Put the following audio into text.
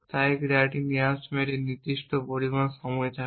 তাই এই ক্রিয়াটি নেওয়ার জন্য নির্দিষ্ট পরিমাণ সময় থাকে